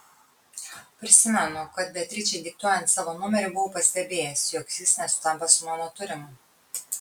prisimenu kad beatričei diktuojant savo numerį buvau pastebėjęs jog jis nesutampa su mano turimu